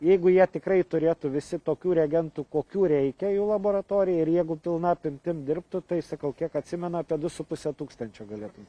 jeigu jie tikrai turėtų visi tokių reagentų kokių reikia jų laboratorijai ir jeigu pilna apimtim dirbtų tai sakau kiek atsimenu apie du su puse tūkstančio galėtų